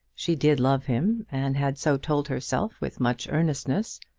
she did love him, and had so told herself with much earnestness.